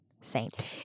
Saint